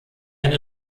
eine